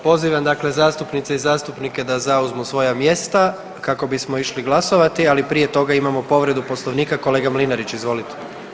Pozivam dakle zastupnice i zastupnike da zauzmu svoja mjesta kako bismo išli glasovati, ali prije toga imamo povredu Poslovnika, kolega Mlinarić izvolite.